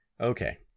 Okay